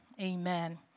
Amen